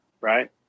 right